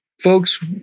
folks